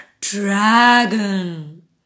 dragon